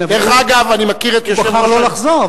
דרך אגב, אני מכיר את יושב-ראש, הוא בחר לא לחזור.